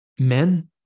Men